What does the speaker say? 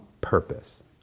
purpose